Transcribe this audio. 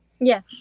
Yes